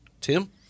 Tim